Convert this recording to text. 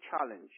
challenge